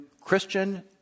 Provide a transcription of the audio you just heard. Christian